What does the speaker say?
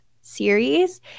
series